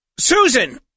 Susan